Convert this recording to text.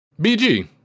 BG